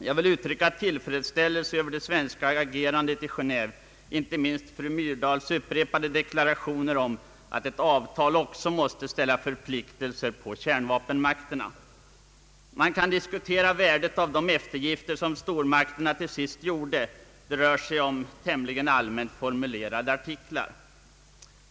Jag vill uttrycka tillfredsställelse över det svenska agerandet i Genéve, inte minst fru Myrdals upprepade deklarationer om att ett avtal också måste ställa förpliktelser på kärnvapenmakterna. Man kan diskutera värdet av de eftergifter som stormakterna till sist gjort; det rör sig ju om tämligen allmänt formulerade artiklar.